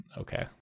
okay